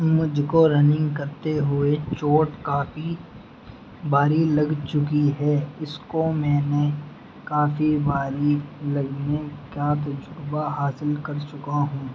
مجھ کو رننگ کرتے ہوئے چوٹ کافی بار لگ چکی ہے اس کو میں نے کافی بار لگنے کا تجربہ حاصل کر چکا ہوں